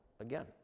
again